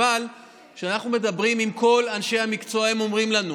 אבל כשאנחנו מדברים עם כל אנשי המקצוע הם אומרים לנו: